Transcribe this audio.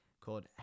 called